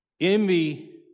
Envy